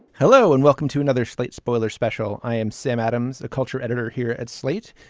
hello and welcome to another slight spoiler special. i am sam adams the culture editor here at slate.